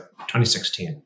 2016